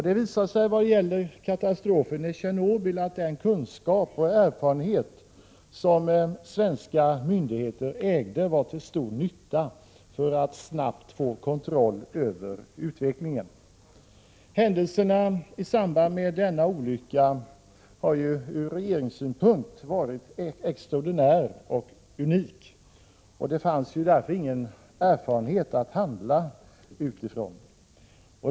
Det visade sig i vad gäller katastrofen i Tjernobyl att den kunskap och erfarenhet som svenska myndigheter ägde var till stor nytta för att snabbt få kontroll över utvecklingen. Händelserna i samband med denna olycka har ur regeringssynpunkt varit extraordinära och unika, och det fanns ingen erfarenhet att handla utifrån.